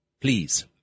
Please